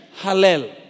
Hallel